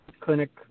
clinic